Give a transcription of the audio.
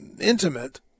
intimate